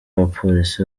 abapolisi